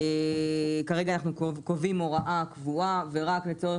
כרגע אנחנו קובעים הוראה קבועה ורק לצורך